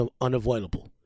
unavoidable